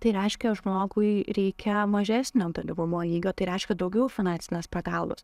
tai reiškia žmogui reikia mažesnio dalyvumo lygio tai reiškia daugiau finansinės pragalbos